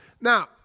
Now